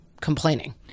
complaining